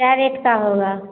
क्या रेट का होगा